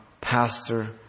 pastor